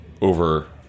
over